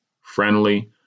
friendly